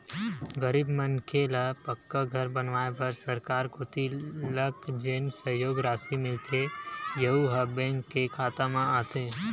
गरीब मनखे ल पक्का घर बनवाए बर सरकार कोती लक जेन सहयोग रासि मिलथे यहूँ ह बेंक के खाता म आथे